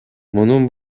мунун